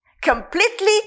completely